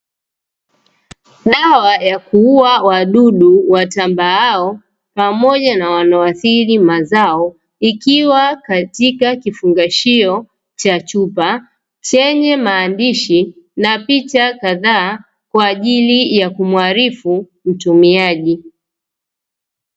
Dawa ya kuua wadudu watambaao pamoja na wanao athiri mazao, ikiwa katika kifungashio cha chupa chenye maandishi na picha kadhaa kwaajili ya kumuarifu mtumiaji.